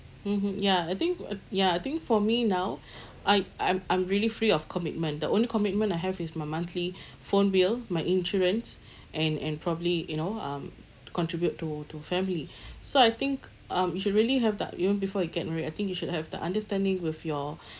mmhmm ya I think uh ya I think for me now I I'm I'm really free of commitment the own commitment I have is my monthly phone bill my insurance and and probably you know um contribute to to family so I think um you should really have that you know before you get married I think you should have the understanding with your